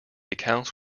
accounts